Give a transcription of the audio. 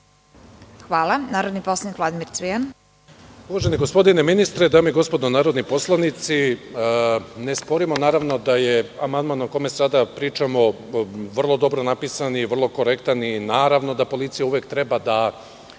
Cvijan. Izvolite. **Vladimir Cvijan** Uvaženi gospodine ministre, dame i gospodo narodni poslanici, ne sporimo da je amandman o kome sada pričamo vrlo dobro napisan i vrlo korektan. Naravno da policija uvek treba da